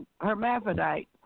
hermaphrodite